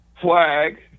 Flag